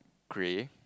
grey